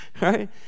right